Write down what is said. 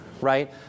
right